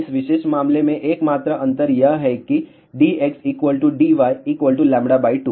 और इस विशेष मामले में एक मात्र अंतर यह है कि dx dy λ 2